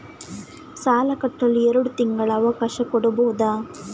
ಸಾಲ ಕಟ್ಟಲು ಎರಡು ತಿಂಗಳ ಅವಕಾಶ ಕೊಡಬಹುದಾ?